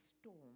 storm